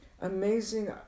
Amazing